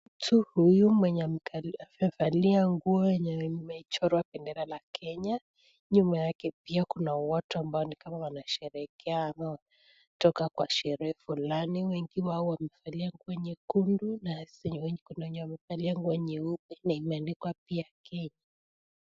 Mtu huyu mwenye amevalia nguo yenye imechorwa pendera la Kenya. Nyuma yake pia kuna watu ambao ni kama wanasherehekea ama kutoka kwa sherehe fulani. Wengi wao wamevalia nguo nyekundu kuna wenye wamevalia nguo nyeupe na imeandikwa pia Kenya.